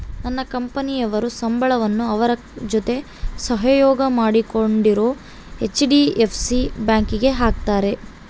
ನನ್ನ ಕಂಪನಿಯವರು ಸಂಬಳವನ್ನ ಅವರ ಜೊತೆ ಸಹಯೋಗ ಮಾಡಿಕೊಂಡಿರೊ ಹೆಚ್.ಡಿ.ಎಫ್.ಸಿ ಬ್ಯಾಂಕಿಗೆ ಹಾಕ್ತಾರೆ